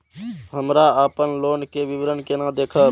हमरा अपन लोन के विवरण केना देखब?